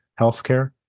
healthcare